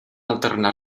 alternar